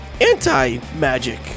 anti-magic